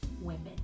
women